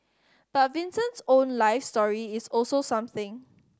but Vincent's own life story is also something